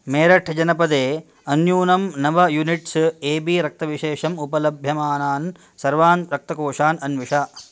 मेरठ्जनपदे अन्यूनं नव units A B रक्तविशेषम् उपलभ्यमानान् सर्वान् रक्तकोषान् अन्विष